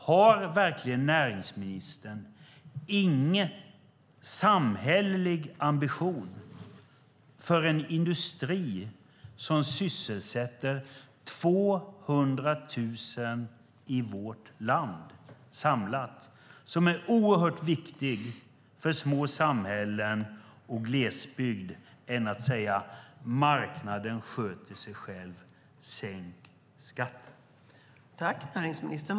Har näringsministern verkligen inget annat att säga till en industri som sysselsätter 200 000 i vårt land, och som är oerhört viktig för små samhällen och glesbygd, än att marknaden sköter sig själv, sänk skatten?